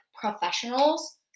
professionals